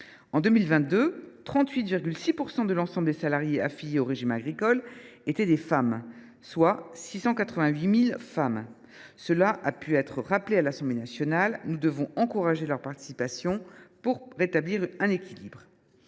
En 2022, quelque 38,6 % de l’ensemble des salariés affiliés au régime agricole étaient des femmes, soit 688 000 femmes. Comme cela a été rappelé à l’Assemblée nationale, nous devons encourager leur participation pour rétablir un équilibre.